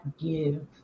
give